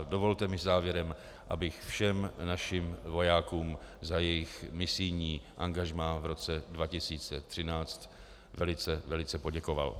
Dovolte mi závěrem, abych všem našim vojákům za jejich misijní angažmá v roce 2013 velice poděkoval.